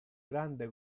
grande